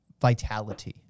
vitality